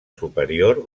superior